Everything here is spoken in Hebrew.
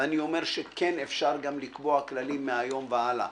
ואני אומר שכן אפשר לקבוע כללים מהיום והלאה.